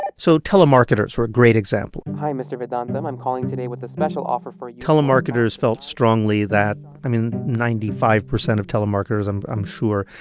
ah so telemarketers were a great example hi, mr. vedantam. i'm calling today with a special offer for. telemarketers felt strongly that i mean, ninety five percent of telemarketers, i'm i'm sure,